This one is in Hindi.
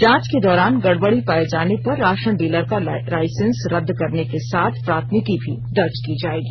जांच के दौरान गड़बड़ी पाए जाने पर राशन डीलर का लाइसेंस रद्द करने के साथ प्राथमिकी भी दर्ज की जाएगी